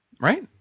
Right